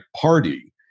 Party